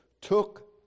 took